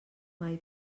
mai